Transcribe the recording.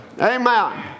Amen